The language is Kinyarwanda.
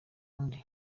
undi